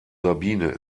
sabine